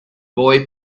boy